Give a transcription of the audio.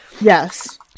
Yes